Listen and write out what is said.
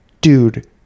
dude